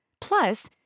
Plus